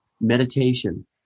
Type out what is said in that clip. meditation